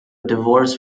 divorce